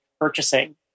purchasing